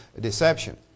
deception